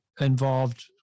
involved